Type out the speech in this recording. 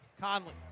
Conley